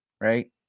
right